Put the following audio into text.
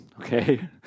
Okay